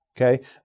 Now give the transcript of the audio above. Okay